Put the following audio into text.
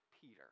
Peter